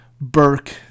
Burke